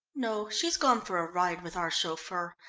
no, she's gone for a ride with our chauffeur.